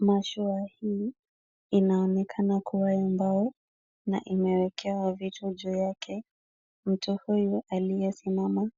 Mashua hii inaonekana kuwa ya mbao na imewekewa vitu juu yake. Mtu huyu aliyesimama